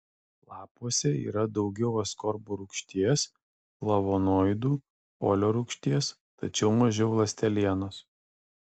lapuose yra daugiau askorbo rūgšties flavonoidų folio rūgšties tačiau mažiau ląstelienos